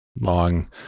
long